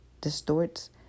distorts